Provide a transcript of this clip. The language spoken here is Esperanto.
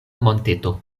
monteto